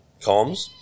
comms